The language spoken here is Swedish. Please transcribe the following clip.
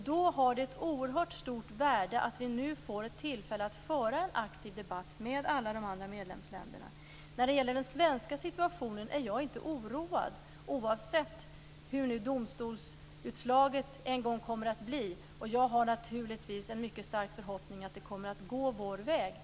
Då har det ett oerhört stort värde att vi nu får tillfälle att föra en aktiv debatt med alla de andra medlemsländerna. När det gäller den svenska situationen är jag inte oroad, oavsett hur domstolsutslaget en gång kommer att bli. Jag har naturligtvis en mycket stark förhoppning att det kommer att gå vår väg.